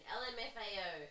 lmfao